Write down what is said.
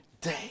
day